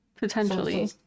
Potentially